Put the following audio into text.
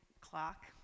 clock